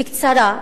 בקצרה,